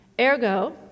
Ergo